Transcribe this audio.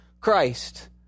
Christ